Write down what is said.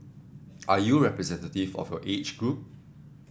are you representative of your age group